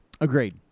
Agreed